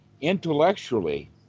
intellectually